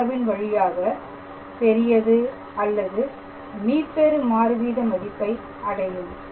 இந்த சார்பின் வழியாக பெரியது அல்லது மீப்பெரு மாறு வீத மதிப்பை அடையும்